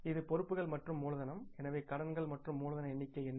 இது பொறுப்புகள் மற்றும் மூலதனம் எனவே கடன்கள் மற்றும் மூலதன எண்ணிக்கை என்ன